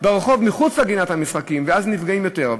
ברחוב, מחוץ לגינת המשחקים, ואז נפגעים יותר.